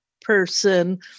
person